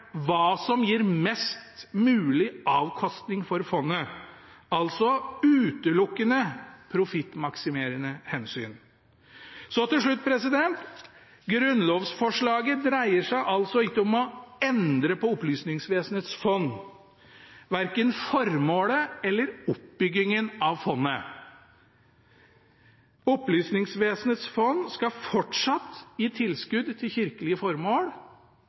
hva som gir mest mulig avkastning for fondet, altså utelukkende profittmaksimerende hensyn. Så til slutt: Grunnlovsforslaget dreier seg altså ikke om å endre på Opplysningsvesenets fond, verken formålet eller oppbyggingen av fondet. Opplysningsvesenets fond skal fortsatt gi tilskudd til kirkelige formål,